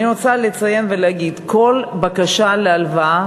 אני רוצה לציין ולהגיד: כל בקשה להלוואה